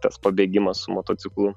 tas pabėgimas motociklu